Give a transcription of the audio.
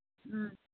ꯎꯝ